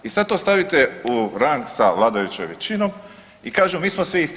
I sad to stavite u rang sa vladajućom većinom i kažu mi smo svi isti.